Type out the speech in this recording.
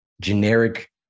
generic